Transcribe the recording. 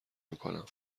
میکنم